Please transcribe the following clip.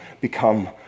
become